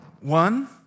One